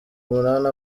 umunani